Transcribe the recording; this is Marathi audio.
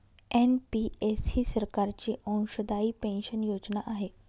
एन.पि.एस ही सरकारची अंशदायी पेन्शन योजना आहे